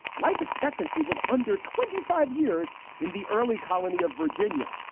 life expectancy was under twenty five years in the early colony of virginia.